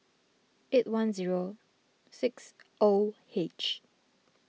eight one zero six O H